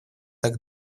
так